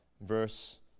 verse